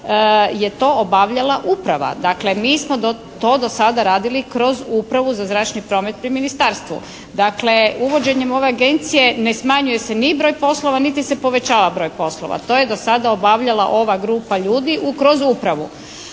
je to obavljala uprava. Dakle mi smo to do sada radili kroz Upravu za zračni promet pri ministarstvu. Dakle uvođenjem ove agencije ne smanjuje se ni broj poslova niti se povećava broj poslova. To je do sada obavljala ova grupa ljudi kroz Upravu.